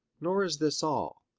nor is this all.